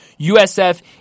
USF